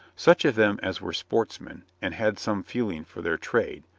such of them as were sportsmen, and had some feeling for their trade,